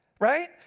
right